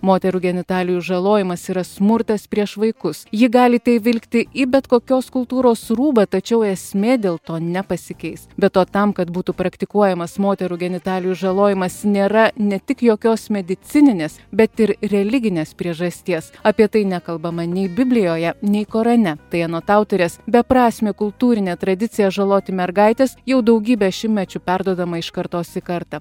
moterų genitalijų žalojimas yra smurtas prieš vaikus ji gali tai vilkti į bet kokios kultūros rūbą tačiau esmė dėl to nepasikeis be to tam kad būtų praktikuojamas moterų genitalijų žalojimas nėra ne tik jokios medicininės bet ir religinės priežasties apie tai nekalbama nei biblijoje nei korane tai anot autorės beprasmė kultūrinė tradicija žaloti mergaites jau daugybę šimtmečių perduodama iš kartos į kartą